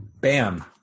Bam